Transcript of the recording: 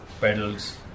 pedals